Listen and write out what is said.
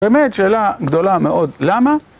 באמת שאלה גדולה מאוד, למה?